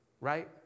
Right